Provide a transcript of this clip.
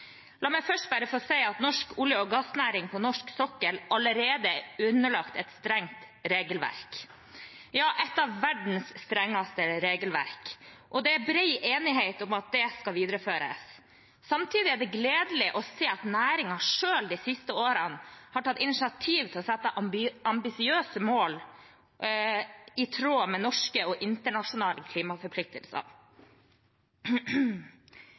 La meg først bare få si at norsk olje- og gassnæring på norsk sokkel allerede er underlagt et strengt regelverk – ja, et av verdens strengeste regelverk – og det er bred enighet om at det skal videreføres. Samtidig er det gledelig å se at næringen selv de siste årene har tatt initiativ til å sette ambisiøse mål i tråd med norske og internasjonale klimaforpliktelser.